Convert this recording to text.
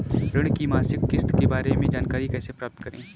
ऋण की मासिक किस्त के बारे में जानकारी कैसे प्राप्त करें?